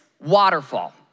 waterfall